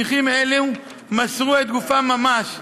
נכים אלו מסרו את גופם ממש,